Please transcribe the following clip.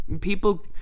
People